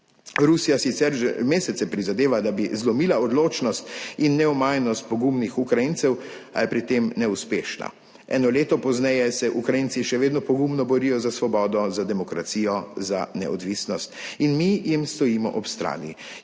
Rusija sicer že mesece prizadeva, da bi zlomila odločnost in neomajnost pogumnih Ukrajincev, a je pri tem neuspešna. Eno leto pozneje se Ukrajinci še vedno pogumno borijo za svobodo, za demokracijo, za neodvisnost in mi jim stojimo ob strani